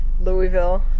Louisville